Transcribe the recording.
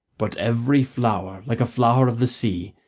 but every flower, like a flower of the sea,